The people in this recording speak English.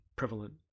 Prevalent